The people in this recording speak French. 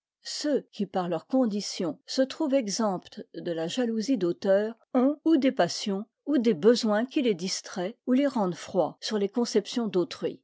ceux qui par leur condition se trouvent exempts de la jalousie d'auteur ont ou des passions ou des besoins qui les distraient ou les rendent froids sur les conceptions d'autrui